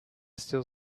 still